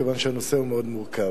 והוא מאוד מורכב.